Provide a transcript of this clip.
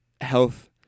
health